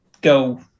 go